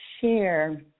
share